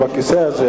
בכיסא הזה,